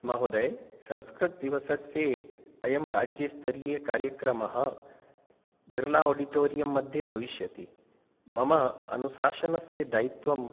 महोदय संस्कृतदिवसस्य अयं राज्यस्तरीयकार्यक्रमः बिर्ला ओडिटोरियं मध्ये भविष्यति मम अनुसाशनस्य दायित्वं